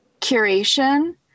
curation